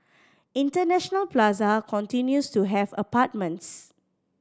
International Plaza continues to have apartments